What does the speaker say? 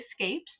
escapes